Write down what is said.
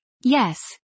Yes